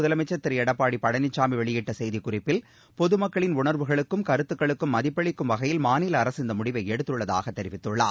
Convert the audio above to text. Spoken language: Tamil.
முதலமைச்ச் திரு எடப்பாடி பழனிசாமி வெளியிட்ட செய்திக்குறிப்பில் பொதுமக்களின் உணா்வுகளுக்கும் கருத்துக்களுக்கும் மதிப்பளிக்கும் வகையில் மாநில அரசு இந்த முடிவை எடுத்துள்ளதாக தெரிவித்துள்ளார்